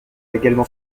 également